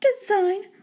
Design